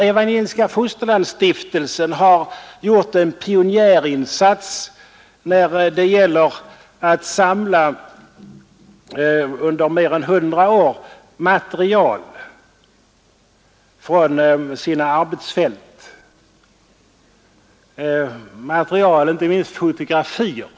Evangeliska fosterlandsstiftelsen har gjort en pionjärinsats när det gäller att under mer än 100 år samla material från sina arbetsfält, inte minst fotografier.